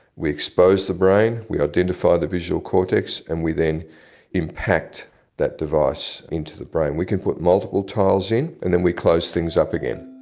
we expose the brain, we identify the visual cortex, and we then impact that device into the brain. we can put multiple tiles in and then we close things up again.